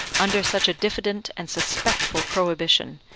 under such a diffident and suspectful prohibition,